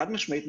חד משמעית,